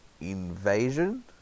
invasion